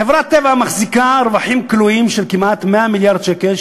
חברת "טבע" מחזיקה רווחים כלואים של כמעט 100 מיליארד שקל,